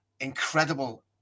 incredible